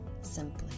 simply